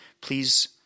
please